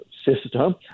System